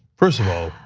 first of all,